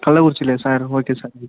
கள்ளக்குறிச்சிலேயா sir okay sir